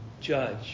judge